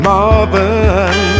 Marvin